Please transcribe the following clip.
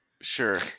sure